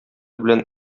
белән